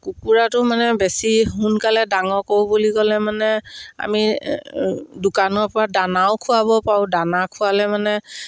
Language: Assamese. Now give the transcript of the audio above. কুকুৰাটো মানে বেছি সোনকালে ডাঙৰ কৰোঁ বুলি ক'লে মানে আমি দোকানৰ পৰা দানাও খোৱাব পাৰোঁ দানা খোৱালে মানে